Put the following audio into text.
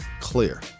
clear